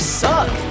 suck